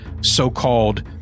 so-called